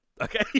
Okay